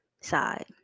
side